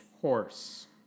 Horse